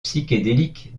psychédélique